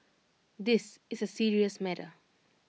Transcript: this is A serious matter